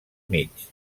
mig